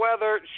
weather